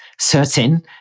certain